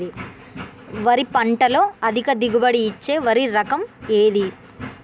వరి పంట లో అధిక దిగుబడి ఇచ్చే వరి రకం ఏది?